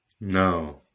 No